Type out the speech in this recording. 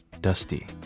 dusty